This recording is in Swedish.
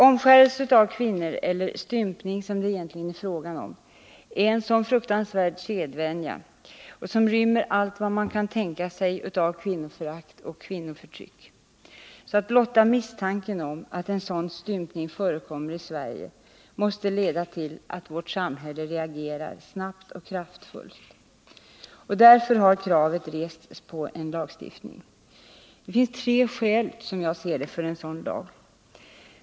Omskärelse av kvinnor eller stympning, som det egentligen är fråga om, är en så fruktansvärd sedvänja som rymmer allt vad man kan tänka sig av kvinnoförakt och kvinnoförtryck att blotta misstanken om att en sådan stympning förekommer i Sverige måste leda till att vårt samhälle reagerar snabbt och kraftfullt. Därför har krav rests på en lagstiftning mot omskärelse. Det finns, som jag ser det, tre skäl för en sådan lagstiftning.